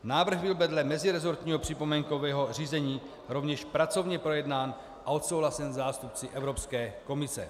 Návrh byl vedle meziresortního připomínkového řízení rovněž pracovně projednán a odsouhlasen zástupci Evropské komise.